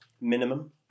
minimum